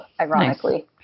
ironically